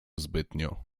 zbytnio